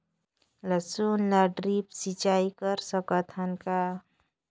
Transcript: लसुन ल ड्रिप सिंचाई कर सकत हन का?